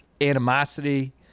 animosity